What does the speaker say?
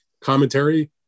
Commentary